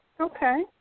Okay